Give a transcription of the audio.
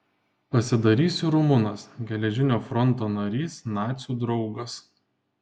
pasidarysiu rumunas geležinio fronto narys nacių draugas